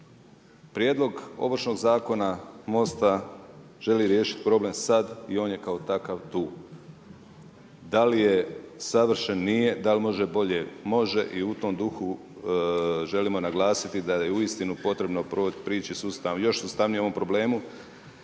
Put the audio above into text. Prijedlog Ovršnog zakona MOST-a želi riješiti problem sad i on je kao takav tu. Da li je savršen, nije, da li može bolje može i u tom duhu želimo naglasiti da je uistinu potrebno prići još sustavnije ovom problemu